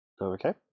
Okay